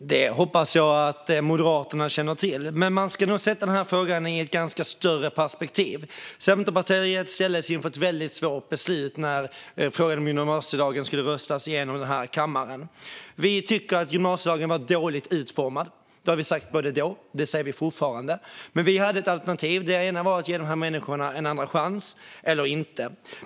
Fru talman! Det hoppas jag att Moderaterna känner till. Men man ska nog sätta denna fråga i ett lite större perspektiv. Centerpartiet ställdes inför att väldigt svårt beslut när frågan om gymnasielagen skulle röstas igenom i den här kammaren. Vi tycker att gymnasielagen var dåligt utformad; det sa vi då, och det säger vi fortfarande. Vi hade ett val: att ge dessa människor en andra chans eller att inte göra det.